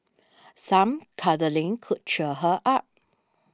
some cuddling could cheer her up